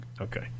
Okay